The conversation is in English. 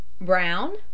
Brown